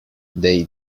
they